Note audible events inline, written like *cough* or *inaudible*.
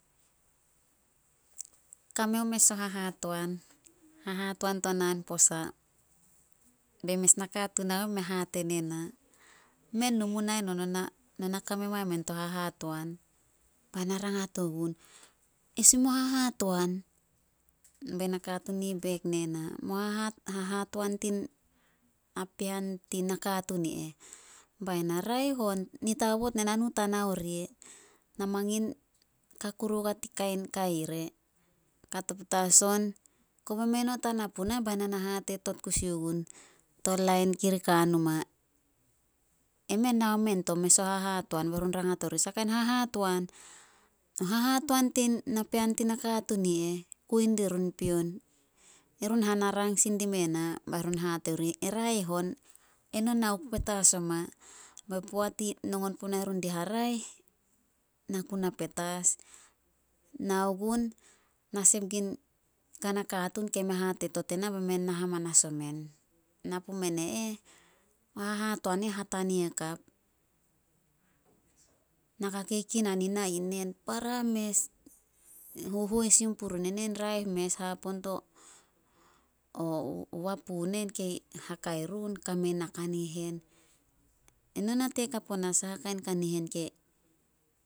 Kame o mes o hahatoan, hahatoan to naan posa. Bei mes nakatuun nao meh me hate ne na, "Men nu mu nae no, no na kame ne men to hahatoan." Bai na rangat ogun, "Esih mo hahatoan?" Be nakatuun i ih bek ne na, "Mo haha- hahatoan tin napean tin nakatuun i eh." Bai na, "Raeh on, nit aobot nenanu ta nao ria. Na mangin ka kuru ogua tin kain kai re." *unintelligible* Kobai mei not ah na puna bai na na hatetot kusi gun, to lain kiri ka ai numa. "Emen nao men to mes o hahatoan." Bai run rangat orih, "Sa kain hahatoan?" "O hahatoan tin napean tin nakatuun i eh, kui dirun pion. Erun hana rang sin dime na. Bai run hate orih, "E raeh on, eno nao ku petas oma." Ba poat i nongon punai run di haraeh, na ku na petas. Nao gun, na sep *unintelligible* kana katuun keme hatetot ena bemen na hamanas omen. Na pumen e eh, o hahatoan i hatania hakap. Naka kei kinan ina *unintelligible* para mes. Hohois sin purun enen raeh mes. Hapoon to *hesitation* wapu nen kei hakai run, kame na kanihen. Eno nate kap onah saha kain kanihen ke